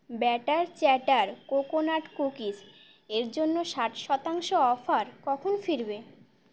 batter chatter coconut cookies এর জন্য ষাট শতাংশ অফার কখন ফিরবে